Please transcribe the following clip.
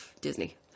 Disney